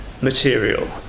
material